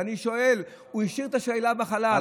ואני שואל, הוא השאיר את השאלה בחלל.